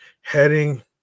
heading